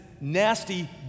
nasty